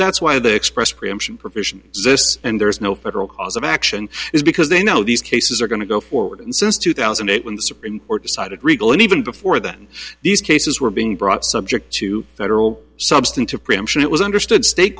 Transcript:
that's why the express preemption provision this and there is no federal cause of action is because they know these cases are going to go forward since two thousand and eight when the supreme court decided riegel and even before then these cases were being brought subject to federal substantive preemption it was understood st